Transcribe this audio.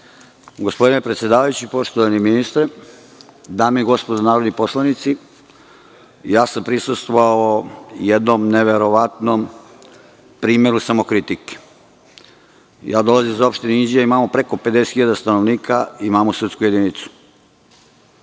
predsedavajući, poštovani ministre, dame i gospodo narodni poslanici, prisustvovao sam jednom neverovatnom primeru samokritike. Dolazim iz opštine Inđija. Imamo preko 50 hiljada stanovnika, imamo sudsku jedinicu.